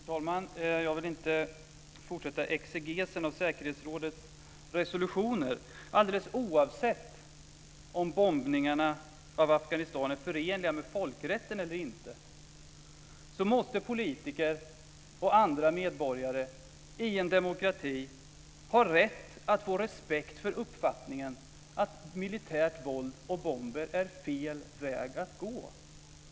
Herr talman! Jag vill inte fortsätta exegesen av säkerhetsrådets resolutioner. Alldeles oavsett om bombningarna av Afghanistan är förenliga med folkrätten eller inte måste politiker och andra medborgare i en demokrati ha rätt att få respekt för uppfattningen att militärt våld och bomber är fel väg att gå.